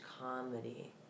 comedy